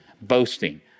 boasting